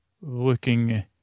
looking